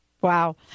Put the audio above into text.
Wow